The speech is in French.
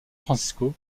francisco